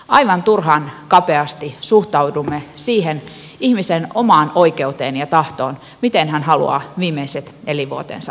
aivan turhan kapeasti suhtaudumme siihen ihmisen omaan oikeuteen ja tahtoon miten hän tahtoo viimeiset elinvuotensa viettää